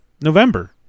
November